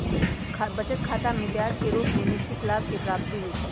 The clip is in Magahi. बचत खतामें ब्याज के रूप में निश्चित लाभ के प्राप्ति होइ छइ